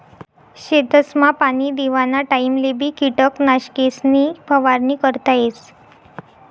शेतसमा पाणी देवाना टाइमलेबी किटकनाशकेसनी फवारणी करता येस